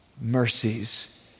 mercies